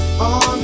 on